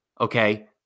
okay